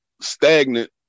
stagnant